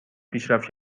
پیشرفت